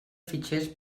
fitxers